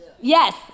Yes